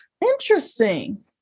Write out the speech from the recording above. Interesting